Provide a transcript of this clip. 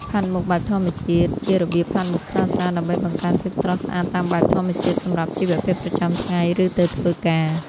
ផាត់មុខបែបធម្មជាតិ ជារបៀបផាត់មុខស្រាលៗដើម្បីបង្កើនភាពស្រស់ស្អាតតាមបែបធម្មជាតិ សម្រាប់ជីវភាពប្រចាំថ្ងៃ ឬទៅធ្វើការ។